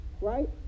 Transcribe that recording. right